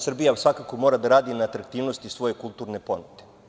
Srbija svakako mora da radi na atraktivnosti svoje kulturne ponude.